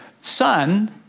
son